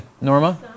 Norma